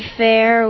fair